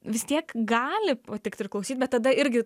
vis tiek gali patikt ir klausyt bet tada irgi